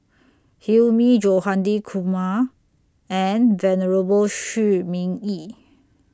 Hilmi Johandi Kumar and Venerable Shi Ming Yi